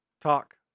Talk